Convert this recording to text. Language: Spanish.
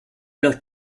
los